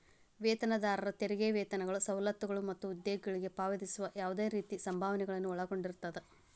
ವೇತನದಾರ ತೆರಿಗೆ ವೇತನಗಳು ಸವಲತ್ತುಗಳು ಮತ್ತ ಉದ್ಯೋಗಿಗಳಿಗೆ ಪಾವತಿಸುವ ಯಾವ್ದ್ ರೇತಿ ಸಂಭಾವನೆಗಳನ್ನ ಒಳಗೊಂಡಿರ್ತದ